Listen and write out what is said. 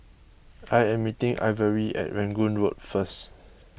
I am meeting Ivory at Rangoon Road first